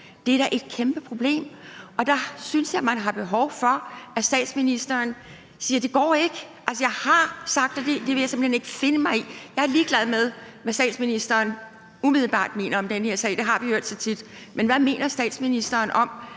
er da et kæmpe problem. Der synes jeg, man har behov for, at statsministeren siger: Det går ikke. Jeg har sagt det, og det vil jeg simpelt hen ikke finde mig i. Jeg er ligeglad med, hvad statsministeren umiddelbart mener om denne sag. Det har vi hørt så tit, men hvad mener statsministeren om,